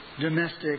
domestic